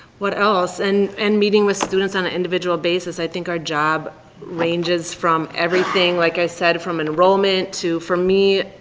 what else? and and meeting with students on an individual basis. i think our job ranges from everything, like i said, from enrollment to, for me,